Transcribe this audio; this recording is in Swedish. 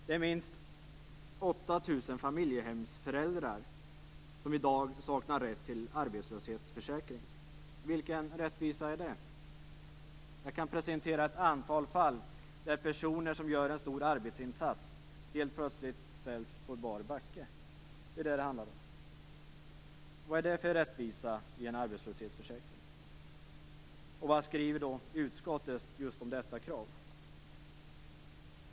Det gäller 8 000 familjehemsföräldrar som i dag saknar rätt till arbetslöshetsförsäkring. Vilken rättvisa ligger i detta? Jag kan presentera ett antal fall där personer som gör en stor arbetsinsats helt plötsligt ställs på bar backe. Det är det som det handlar om. Vad är detta för rättvisa i en arbetslöshetsförsäkring? Vad skriver då utskottet om vårt krav i detta sammanhang?